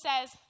says